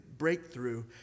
breakthrough